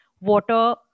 water